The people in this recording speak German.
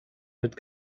mit